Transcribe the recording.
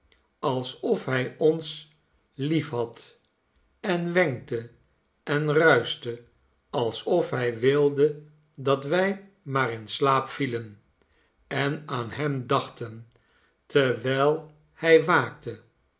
alsof hij ons liefhad en wenkte en ruischte alsof hij wilde dat wij maar in slaap vielen en aan hem dachten terwijl hij waakte